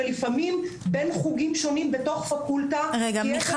ולפעמים אפילו בין חוגים שונים בתוך פקולטה כי יש הבדל